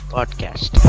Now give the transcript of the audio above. Podcast